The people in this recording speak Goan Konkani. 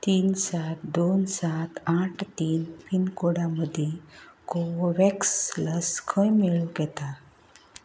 तीन सात दोन सात आठ तीन पिनकोडा मदीं कोवोव्हॅक्स लस खंय मेळूंक येता